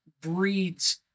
breeds